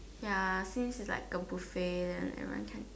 ya since it's like a buffet then everyone can